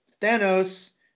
Thanos